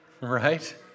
Right